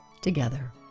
together